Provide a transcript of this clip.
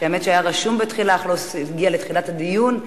שהאמת שהיה רשום בתחילה אך לא הגיע לתחילת הדיון,